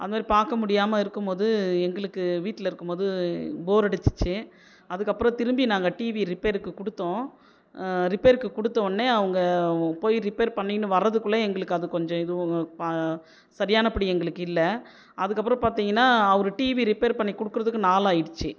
அது மாதிரி பார்க்க முடியாமல் இருக்கும் போது எங்களுக்கு வீட்டில் இருக்கும் போது போர் அடிச்சிச்சு அதுக்கு அப்புறம் திரும்பி நாங்கள் டிவி ரிப்பேருக்கு கொடுத்தோம் ரிப்பேருக்கு கொடுத்தவுன்னே போய் ரிப்பேர் பண்ணிகின்னு வரதுக்குள்ளேயே எங்களுக்கு அது கொஞ்சோம் எதுவும் பா சரியானபடி எங்களுக்கு இல்லை அதுக்கு அப்புறம் பார்த்தீங்கன்னா அவர் டிவி ரிப்பேர் பண்ணி கொடுக்குறதுக்கு நாள் ஆகிடுச்சு